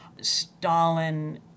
Stalin